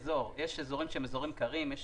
המתקנים ושל כל מי שעוסק בתחום הגז ואני גם קובע לשר